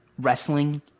wrestling